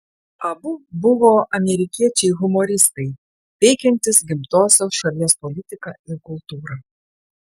abu buvo amerikiečiai humoristai peikiantys gimtosios šalies politiką ir kultūrą